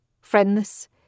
friendless